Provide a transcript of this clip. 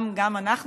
גם אנחנו,